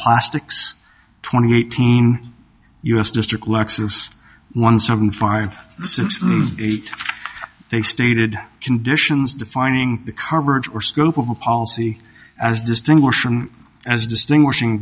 plastics twenty eighteen u s district lexus one seven five eight they stated conditions defining the coverage or scope of a policy as distinguished as distinguishing